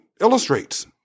illustrates